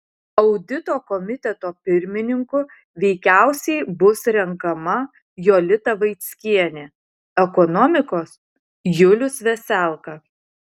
audito komiteto pirmininku veikiausiai bus renkama jolita vaickienė ekonomikos julius veselka